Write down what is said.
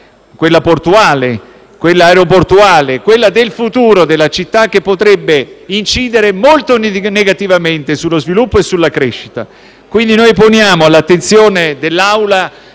quella portuale, quella aeroportuale, quella del futuro della città, che potrebbe incidere molto negativamente sullo sviluppo e sulla crescita. Quindi noi poniamo all’attenzione dell’Assemblea